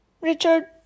Richard